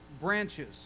branches